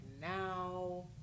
now